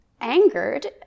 angered